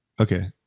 okay